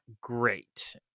great